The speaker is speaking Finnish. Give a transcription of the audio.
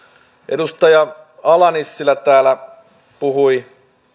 edustaja ala nissilä täällä puhui